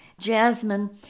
Jasmine